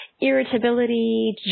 irritability